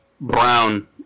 Brown